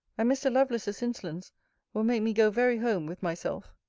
and mr. lovelace's insolence will make me go very home with myself.